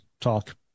talk